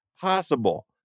possible